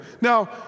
Now